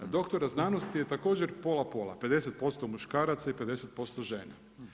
Doktora znan osti je također pola pola, 50% muškaraca i 50% žena.